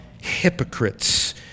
hypocrites